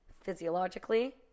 physiologically